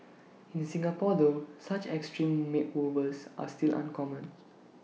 in Singapore though such extreme makeovers are still uncommon